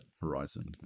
Horizon